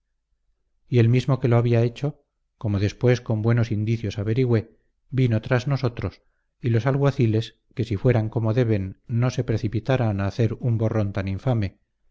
y el mismo que lo había hecho como después con buenos indicios averigüé vino tras nosotros y los alguaciles que si fueran como deben no se precipitaran a hacer un borrón tan infame